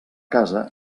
casa